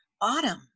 autumn